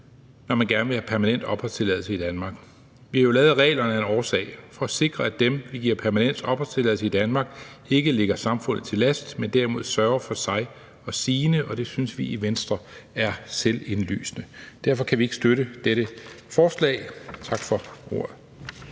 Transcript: når man gerne vil have permanent opholdstilladelse i Danmark. Vi har jo lavet reglerne af en årsag, altså for at sikre, at dem, vi giver permanent opholdstilladelse i Danmark, ikke ligger samfundet til last, men at de derimod sørger for sig og sine, og det synes vi i Venstre er selvindlysende. Derfor kan vi ikke støtte dette forslag. Tak for ordet.